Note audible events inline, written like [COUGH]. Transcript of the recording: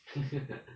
[LAUGHS]